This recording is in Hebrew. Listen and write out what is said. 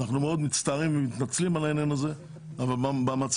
אנחנו מאוד מצטערים ומתנצלים על העניין הזה אבל במצב